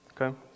Okay